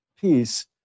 peace